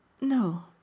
No